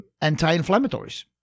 anti-inflammatories